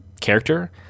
character